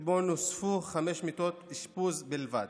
שבו נוספו חמש מיטות אשפוז בלבד.